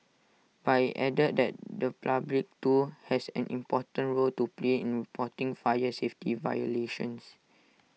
but IT added that the public too has an important role to play in reporting fire safety violations